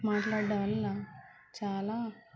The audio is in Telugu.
మాట్లాడం వల్ల చాలా